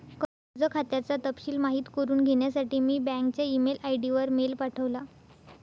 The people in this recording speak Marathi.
कर्ज खात्याचा तपशिल माहित करुन घेण्यासाठी मी बँकच्या ई मेल आय.डी वर मेल पाठवला